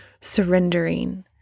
Surrendering